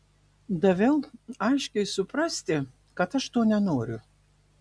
daviau aiškiai suprasti kad aš to nenoriu